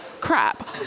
crap